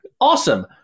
Awesome